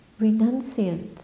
renunciant